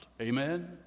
Amen